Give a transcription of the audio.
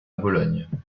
bologne